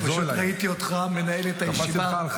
אני פשוט ראיתי אותך מנהל את הישיבה.